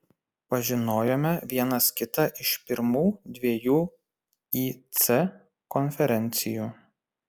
pažinojome vienas kitą iš pirmų dviejų ic konferencijų